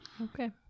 okay